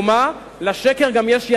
וממלא-מקומה, יש רגליים, ולשקר יש גם ידיים.